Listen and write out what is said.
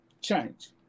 change